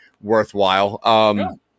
worthwhile